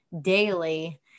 daily